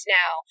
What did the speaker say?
now